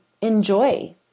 enjoy